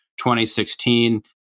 2016